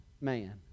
man